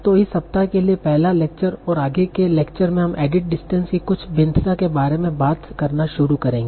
तो इस सप्ताह के लिए पहला लेक्चर और अगले लेक्चर में हम एडिट डिस्टेंस की कुछ भिन्नता के बारे में बात करना शुरू करेंगे